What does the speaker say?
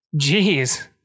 Jeez